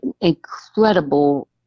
incredible